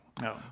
No